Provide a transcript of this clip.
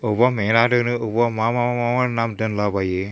बबावबा मेना दोनो बबावबा मा मा माबा नाम दोनलाबायो